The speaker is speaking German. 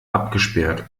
abgesperrt